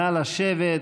נא לשבת.